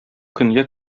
көнгә